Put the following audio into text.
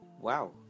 Wow